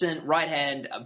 right-hand